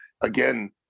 again